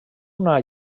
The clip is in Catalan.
una